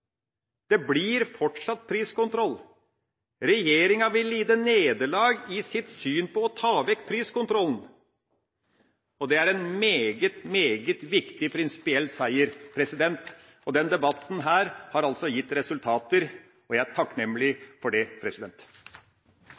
fortsatt blir priskontroll – det blir fortsatt priskontroll. Regjeringa vil lide nederlag i sitt syn på å ta bort priskontrollen, og det er en meget, meget viktig prinsipiell seier. Denne debatten har gitt resultater, og jeg er takknemlig for det.